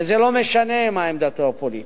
וזה לא משנה מה עמדתו הפוליטית.